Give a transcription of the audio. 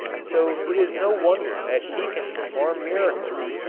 so it is no wonder that he can perform miracles.